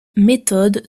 méthode